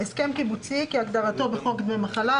"הסכם קיבוצי, כהגדרתו בחוק דמי מחלה".